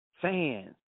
fans